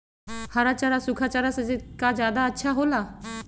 हरा चारा सूखा चारा से का ज्यादा अच्छा हो ला?